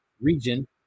region